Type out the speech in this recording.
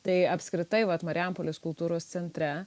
tai apskritai vat marijampolės kultūros centre